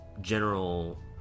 general